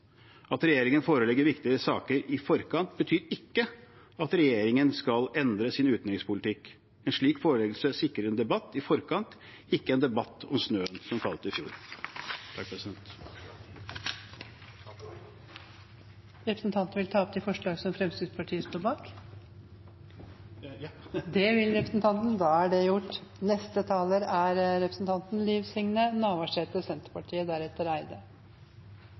At regjeringen forelegger viktige saker i forkant, betyr ikke at regjeringen skal endre sin utenrikspolitikk. En slik foreleggelse sikrer en debatt i forkant, ikke en debatt om snøen som falt i fjor. Innleiingsvis må eg gjere greie for at Senterpartiet ved ein inkurie står